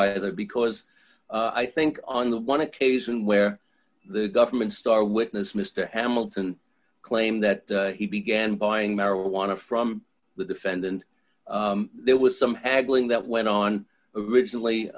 either because i think on the one occasion where the government's star witness mr hamilton claimed that he began buying marijuana from the defendant there was some haggling that went on originally